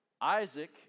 Isaac